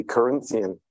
Corinthian